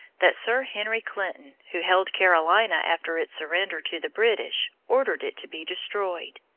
that sir henry clinton, who held carolina after its surrender to the british, ordered it to be destroyed.